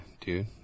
dude